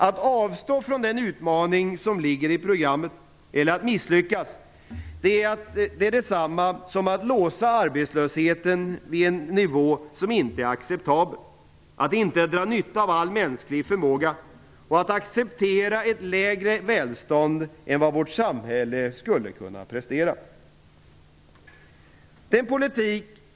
Att avstå från den utmaning som ligger i programmet - eller att misslyckas - är detsamma som att låsa arbetslösheten vid en nivå som inte är acceptabel, att inte dra nytta av all möjlig mänsklig förmåga och att acceptera ett lägre välstånd än vad vårt samhälle skulle kunna prestera. Herr talman!